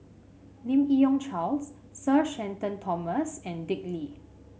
Lim Yi Yong Charles Sir Shenton Thomas and Dick Lee